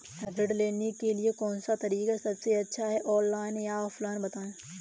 ऋण लेने के लिए कौन सा तरीका सबसे अच्छा है ऑनलाइन या ऑफलाइन बताएँ?